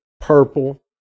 purple